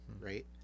right